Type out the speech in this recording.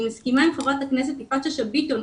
אני מסכימה עם חברת הכנסת יפעת שאשא ביטון,